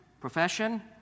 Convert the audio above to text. profession